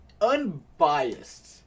unbiased